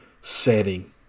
setting